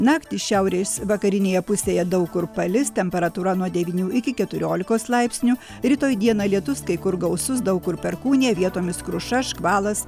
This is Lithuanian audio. naktį šiaurės vakarinėje pusėje daug kur palis temperatūra nuo devynių iki keturiolikos laipsnių rytoj dieną lietus kai kur gausus daug kur perkūnija vietomis kruša škvalas